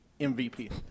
MVP